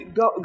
go